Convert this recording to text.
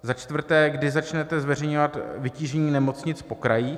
Za čtvrté: Kdy začnete zveřejňovat vytížení nemocnic po krajích?